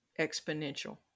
exponential